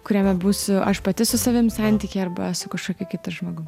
kuriame būsiu aš pati su savim santykyje arba su kažkokiu kitu žmogum